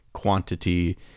quantity